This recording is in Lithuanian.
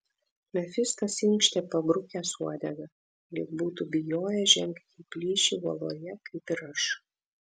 mefistas inkštė pabrukęs uodegą lyg būtų bijojęs žengti į plyšį uoloje kaip ir aš